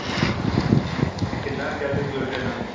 ਹਾਂ ਇਹ ਕਿੱਦਾਂ ਰਿਜਲਟ ਰਿਜੁਲਟ ਇਹਨਾਂ ਦੇ